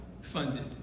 funded